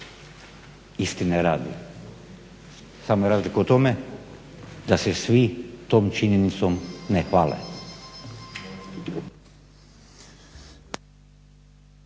Istine radi samo je razlika u tome da se svi tom činjenicom ne hvale.